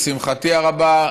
לשמחתי הרבה,